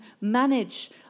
manage